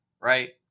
Right